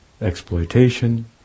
exploitation